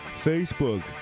facebook